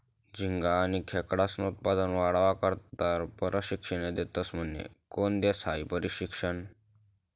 झिंगा आनी खेकडास्नं उत्पन्न वाढावा करता परशिक्षने देतस म्हने? कोन देस हायी परशिक्षन?